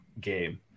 game